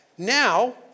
Now